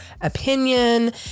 opinion